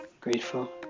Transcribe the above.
grateful